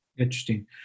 Interesting